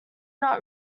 not